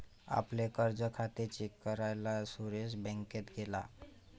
आपले कर्ज खाते चेक करायला सुरेश बँकेत गेला